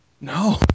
No